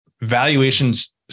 valuations